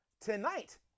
Tonight